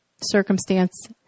circumstance